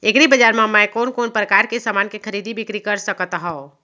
एग्रीबजार मा मैं कोन कोन परकार के समान के खरीदी बिक्री कर सकत हव?